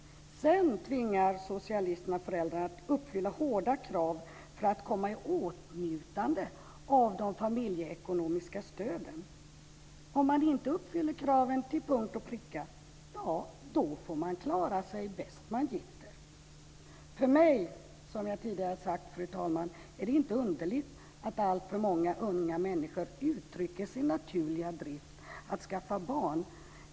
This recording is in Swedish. Sedan tvingar socialisterna föräldrarna att uppfylla hårda krav för att komma i åtnjutande av de familjeekonomiska stöden. Om man inte uppfyller kraven till punkt och pricka, ja, då får man klara sig bäst man gitter. För mig är det, som sagt, inte underligt att alltför många unga människor undertrycker sin naturliga drift att skaffa barn.